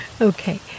Okay